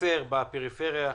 חסר בפריפריה,